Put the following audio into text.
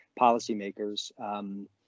policymakers